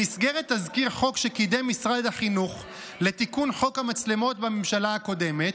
במסגרת תזכיר חוק שקידם משרד החינוך לתיקון חוק המצלמות בממשלה הקודמת,